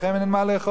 לכם אין מה לאכול.